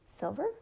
silver